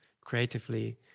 creatively